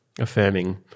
affirming